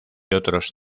otros